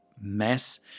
mess